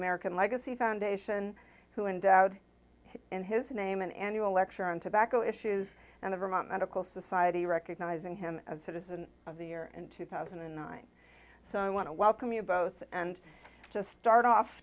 american legacy foundation who endowed in his name an annual lecture on tobacco issues and the vermont medical society recognizing him as citizen of the year in two thousand and nine so i want to welcome you both and to start off